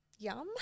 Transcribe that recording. Yum